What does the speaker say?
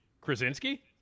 Krasinski